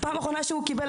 בפעם האחרונה שהוא קיבל,